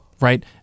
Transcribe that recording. Right